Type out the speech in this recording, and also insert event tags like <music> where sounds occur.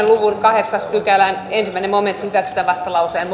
<unintelligible> luvun kahdeksannen pykälän ensimmäinen momentti hyväksytään vastalauseen <unintelligible>